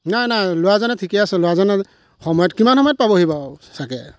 না না ল'ৰাজনে ঠিকে আছে ল'ৰাজনে সময়ত কিমান সময়ত পাবহি বাৰু চাগে